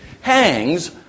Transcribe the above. hangs